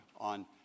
on